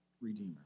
redeemer